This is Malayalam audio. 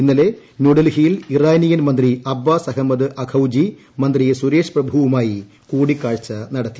ഇന്നലെ ന്യൂഡൽഹിയിൽ ഇറാനിയൻ മൃത്തീ അബ്ബാസ് അഹമ്മദ് അഖൌജി മന്ത്രി സുരേഷ് പ്രഭുവുമായി ക്ടൂടിക്കാഴ്ച നടത്തി